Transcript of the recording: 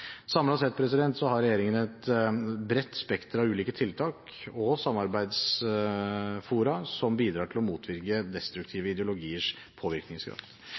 sett har regjeringen et bredt spekter av ulike tiltak og samarbeidsfora som bidrar til å motvirke destruktive ideologiers påvirkningskraft.